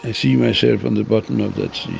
ah see myself on the bottom of that